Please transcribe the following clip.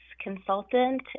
consultant